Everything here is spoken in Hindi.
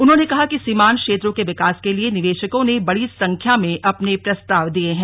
उन्होंने कहा कि सीमान्त क्षेत्रों के विकास के लिए निवे कों ने बड़ी संख्या में अपने प्रस्ताव दिए हैं